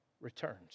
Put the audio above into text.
returns